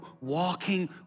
walking